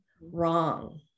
wrong